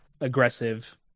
aggressive